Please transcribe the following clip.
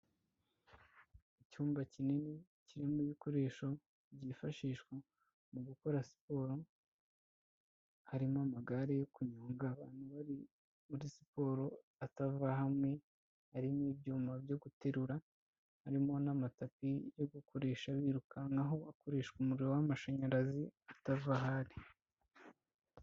Icyumba kinini kirimo ibikoresho byifashishwa mu gukora siporo, harimo amagare yo kunyonga abantu bari muri siporo atava hamwe, harimo ibyuma byo guterura, harimo n'amatapi yo gukoresha birukankaho akoresha umuriro w'amashanyarazi atava aho ari.